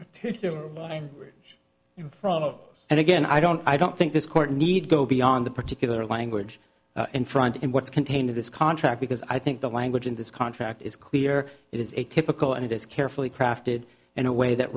particular line bridge in front of us and again i don't i don't think this court need to go beyond the particular language in front in what's contained in this contract because i think the language in this contract is clear it is a typical and it is carefully crafted in a way that